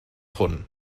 hwn